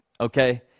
okay